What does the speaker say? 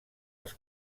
als